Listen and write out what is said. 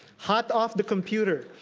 hot off the computer.